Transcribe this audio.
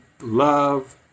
love